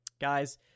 guys